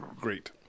great